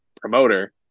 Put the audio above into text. promoter